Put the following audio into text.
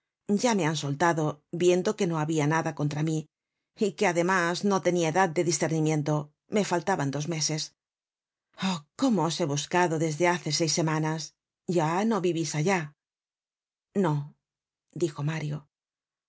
ya me han soltado viendo que no habia nada contra mí y que además no tenia edad de discernimiento me faltaban dos meses oh cómo os he buscado desde hace seis semanas ya no vivís allá no dijo mario